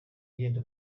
yenda